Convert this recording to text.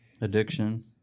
Addiction